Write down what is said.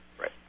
Right